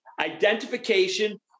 identification